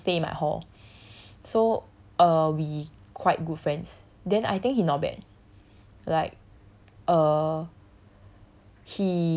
like K so he stay in my hall so uh we quite good friends then I think he not bad like uh